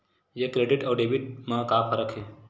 ये क्रेडिट आऊ डेबिट मा का फरक है?